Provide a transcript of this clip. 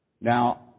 Now